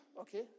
okay